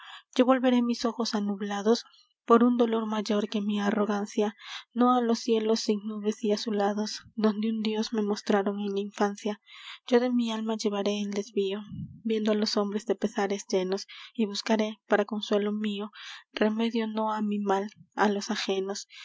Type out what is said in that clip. yo volveré mis ojos anublados por un dolor mayor que mi arrogancia no á los cielos sin nubes y azulados donde un dios me mostraron en la infancia yo de mi alma llevaré el desvío viendo á los hombres de pesares llenos y buscaré para consuelo mio remedio no á mi mal á los ajenos